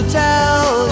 tell